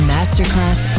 Masterclass